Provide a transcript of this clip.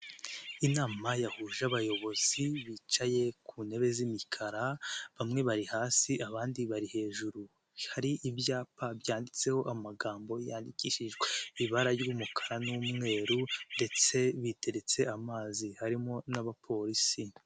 Inama yahuje abayobozi bicaye ku ntebe z'imikara bamwe bari hasi abandi bari hejuru, hari ibyapa byanditseho amagambo yandikishijwe ibara ry'umukara n'umweru ndetse biteretse amazi harimo n'abapolisi.